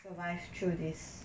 survive through this